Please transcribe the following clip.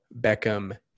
Beckham